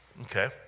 Okay